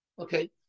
Okay